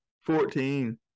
Fourteen